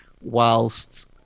whilst